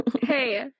hey